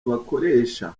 bakoresha